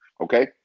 Okay